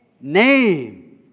name